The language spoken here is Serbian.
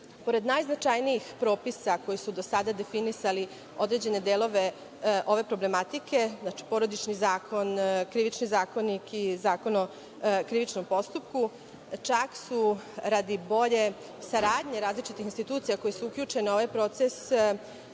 Pored najznačajnijih propisa koji su do sada definisali određene delove ove problematike, znači, Porodični zakon, Krivični zakonik i Zakon o krivičnom postupku, čak su radi bolje saradnje različitih institucija koje su uključene u ovaj proces,